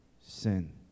sin